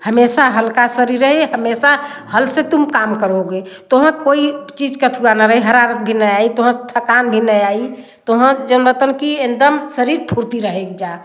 हमेशा हल्का शरीर रहे हमेशा हल से तुम काम करोगे तो हाँ कोई चीज़ कथुआ न रहे हरार भी नहीं आई तोहर थकान भी नहीं आई तो हाँ कि एकदम शरीर फुर्ती रहेक जा